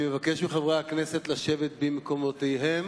אני מבקש מחברי הכנסת לשבת במקומותיהם